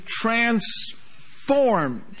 transformed